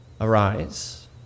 arise